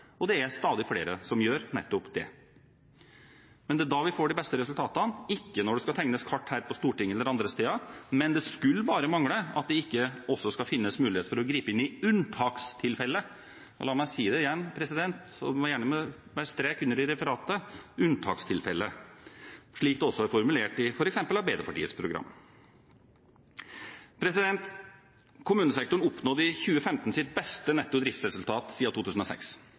og det er stadig flere som gjør nettopp det. Det er da vi får de beste resultatene – ikke når det skal tegnes kart her på Stortinget eller andre steder. Men det skulle bare mangle at det ikke også skal finnes mulighet for å gripe inn i unntakstilfeller. La meg si det igjen – gjerne med strek under i referatet: unntakstilfeller. Slik er det også formulert i f.eks. Arbeiderpartiets program. Kommunesektoren oppnådde i 2015 sitt beste netto driftsresultat siden 2006.